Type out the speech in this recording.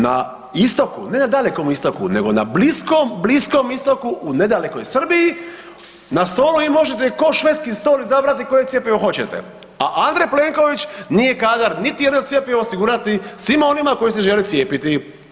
Na istoku, ne na Dalekom istoku, nego na bliskom, bliskom istoku u nedalekoj Srbiji na stolu vi možete, ko švedski stol izabrati koje cjepivo hoćete, a Andrej Plenković nije kadar niti jedno cjepivo osigurati svima onima koji se žele cijepiti.